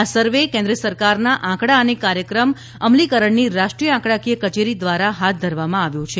આ સર્વે કેન્દ્ર સરકારનાં આંકડા અને કાર્યક્રમ અમલીકરણની રાષ્ટ્રીય આંકડાકીય કચેરી દ્રારા હાથ ધરવામાં આવ્યો છે